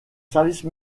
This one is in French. service